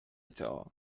цього